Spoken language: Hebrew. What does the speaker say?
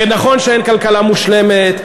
ונכון שאין כלכלה מושלמת,